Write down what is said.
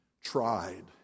tried